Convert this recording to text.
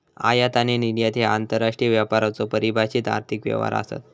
आयात आणि निर्यात ह्या आंतरराष्ट्रीय व्यापाराचो परिभाषित आर्थिक व्यवहार आसत